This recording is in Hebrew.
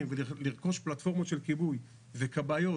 ולרכוש פלטפורמות של כיבוי וכבאיות,